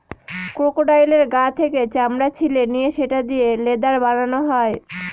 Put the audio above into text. ক্রোকোডাইলের গা থেকে চামড়া ছিলে নিয়ে সেটা দিয়ে লেদার বানানো হয়